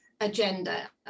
agenda